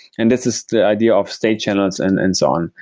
and this is the idea of state channels and and so on.